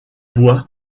bois